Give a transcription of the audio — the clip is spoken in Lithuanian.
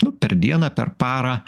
nu per dieną per parą